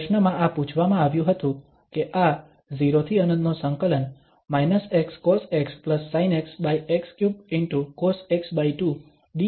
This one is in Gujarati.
તો પ્રશ્નમાં આ પૂછવામાં આવ્યું હતું કે આ 0∫∞ −xcosxsinxx3 ✕ cosx2 dx ની કિંમત શું છે